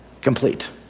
complete